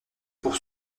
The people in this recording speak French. pour